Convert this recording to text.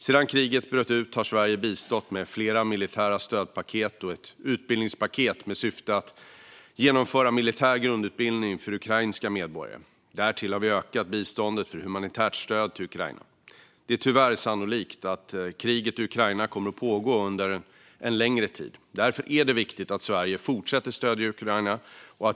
Sedan kriget bröt ut har Sverige bistått med flera militära stödpaket och ett utbildningspaket med syfte att genomföra militär grundutbildning för ukrainska medborgare. Därtill har vi ökat biståndet för humanitärt stöd till Ukraina. Det är tyvärr sannolikt att kriget i Ukraina kommer att pågå under en längre tid. Därför är det viktigt att Sverige fortsätter att stödja Ukraina.